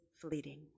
fleeting